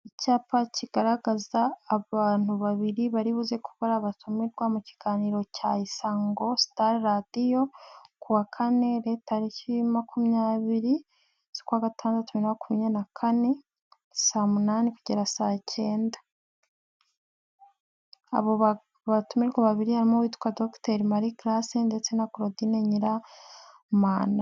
Icyapa kigaragaza abantu babiri baribuze kuba ari abatumirwa mu kiganiro cya Isango Star Radiyo, kuwa kane letariki makumyabiri z'ukwa gatandatu bibiri na makumyabiri na kane saa munane kugera saa cyenda, abo batumirwa barimo Dr. Marie Grace ndetse na Claudine Nyiramana.